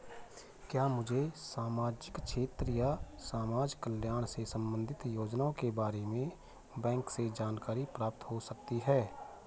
क्या मुझे सामाजिक क्षेत्र या समाजकल्याण से संबंधित योजनाओं के बारे में बैंक से जानकारी प्राप्त हो सकती है?